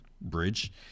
bridge